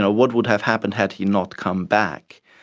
ah what would have happened had he not come back?